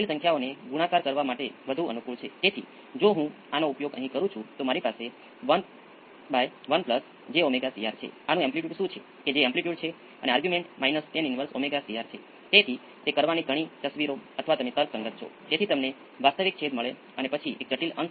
અને જો હું પચાસ ઓહમ કરું તો તે ઓવર ડેમ્પ્ડ થયી જશે